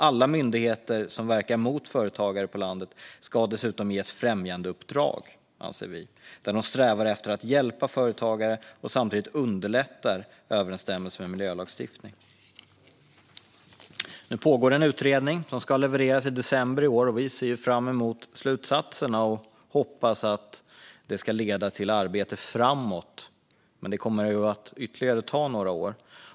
Alla myndigheter som verkar mot företagare på landet ska dessutom ges främjandeuppdrag, anser vi, där de strävar efter att hjälpa företagare och samtidigt underlättar så att det blir en överensstämmelse med miljölagstiftningen. Nu pågår en utredning som ska leverera sina slutsatser i december i år. Vi ser fram emot slutsatserna och hoppas att detta ska leda till att arbetet går framåt, men det kommer att ta ytterligare några år.